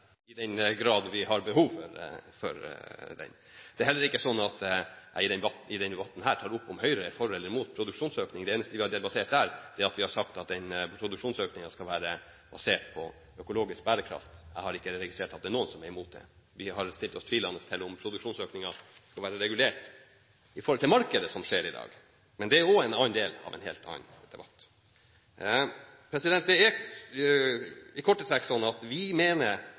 i den grad vi har behov for den. Det er heller ikke sånn at jeg i denne debatten tar opp om Høyre er for eller imot produksjonsøkning. Det eneste vi har sagt, er at denne produksjonsøkningen skal være basert på økologisk bærekraft. Jeg har ikke registrert at det er noen som er imot det. Vi har stilt oss tvilende til om produksjonsøkningen skal være regulert i forhold til markedet, som skjer i dag, men det er en annen del av en helt annen debatt. Det er i korte trekk sånn at vi mener